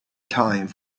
times